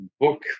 book